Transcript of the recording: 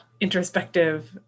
introspective